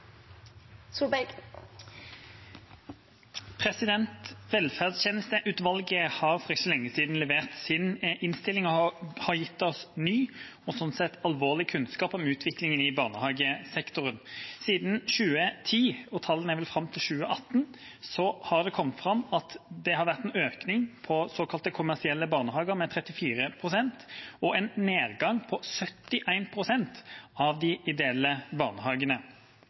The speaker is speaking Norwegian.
Velferdstjenesteutvalget har for ikke så lenge siden levert sin innstilling og har gitt oss ny og sånn sett alvorlig kunnskap om utviklingen i barnehagesektoren. Siden 2010, og tallene går vel fram til 2018, har det vært en økning av såkalte kommersielle barnehager på 34 pst. og en nedgang på 71 pst. av de ideelle barnehagene.